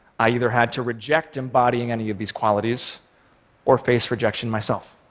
i either had to reject embodying any of these qualities or face rejection myself.